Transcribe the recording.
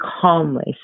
calmly